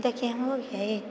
देखिए हो गया ई